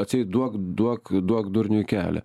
atseit duok duok duok durniui kelią